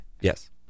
Yes